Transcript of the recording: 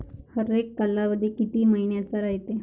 हरेक कालावधी किती मइन्याचा रायते?